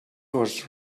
was